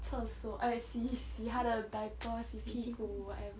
厕所 err 洗洗他的 diaper 洗屁股 whatever